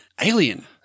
Alien